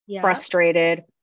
frustrated